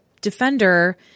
defender –